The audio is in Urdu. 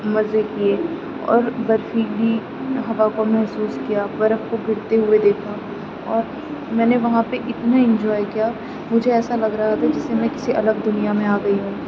مزے کیے اور برفیلی ہوا کو محسوس کیا برف کو گرتے ہوئے دیکھا اور میں نے وہاں پہ اتنے انجوائے کیا مجھے ایسا لگ رہا تھا جیسے میں کسی الگ دنیا میں آ گئی ہوں